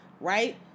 Right